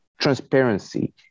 transparency